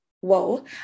Whoa